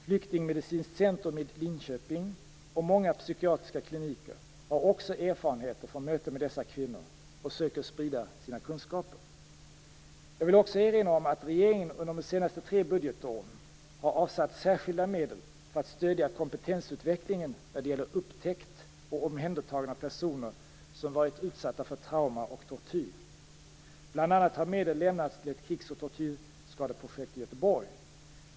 Flyktingmedicinskt centrum i Linköping och många psykiatriska kliniker har också erfarenheter från möten med dessa kvinnor och söker sprida sina kunskaper. Jag vill också erinra om att regeringen under de senaste tre budgetåren har avsatt särskilda medel för att stödja kompetensutvecklingen när det gäller upptäckt och omhändertagande av personer som varit utsatta för trauma och tortyr. Bl.a. har medel lämnats till ett krigs och tortyrskadeprojekt i Göteborg.